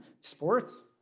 sports